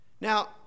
Now